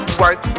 work